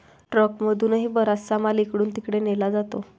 ट्रकमधूनही बराचसा माल इकडून तिकडे नेला जातो